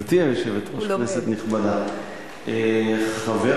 גברתי היושבת-ראש, כנסת נכבדה, חבר